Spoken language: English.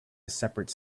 separate